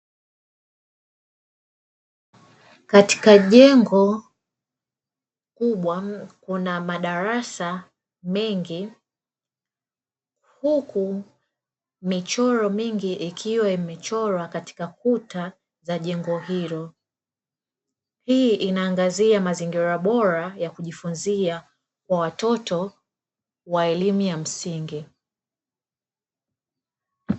Katika jengo kubwa kuna madarasa mengi, huku michoro mingi ikiwa imechorwa katika kuta za jengo hilo, hii inaangazia mazingira bora ya kujifunzia kwa watoto wa elimu ya msingi.